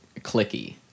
clicky